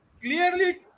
clearly